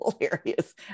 hilarious